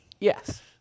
Yes